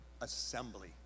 assembly